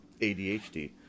ADHD